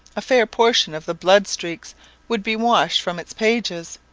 a fair portion of the bloodstreaks would be washed from its pages.